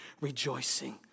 rejoicing